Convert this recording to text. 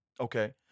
Okay